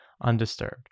undisturbed